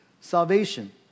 salvation